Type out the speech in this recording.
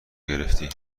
گرفتی